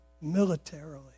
militarily